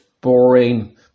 boring